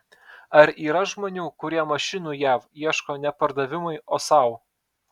ar yra žmonių kurie mašinų jav ieško ne pardavimui o sau